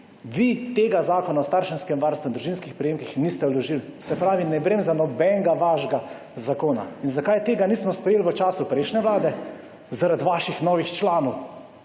Vi tega Zakona o starševskem varstvu in družinskih prejemkih niste vložili, se pravi ne bremza nobenega vašega zakona. In zakaj tega nismo sprejeli v času prejšnje vlade? Zaradi vaših novih članov